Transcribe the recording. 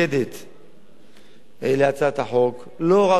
להצעת החוק, לא רק בגלל ההסכם הקואליציוני,